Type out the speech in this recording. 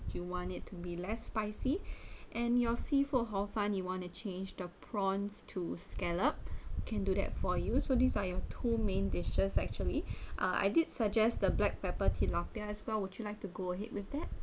you want it to be less spicy and your seafood hor fun you want to change the prawns to scallop we can do that for you so these are your two main dishes actually uh I did suggest the black pepper tilapia as well would you like to go ahead with that